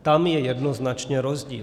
Tam je jednoznačně rozdíl.